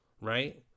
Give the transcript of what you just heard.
Right